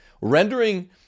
rendering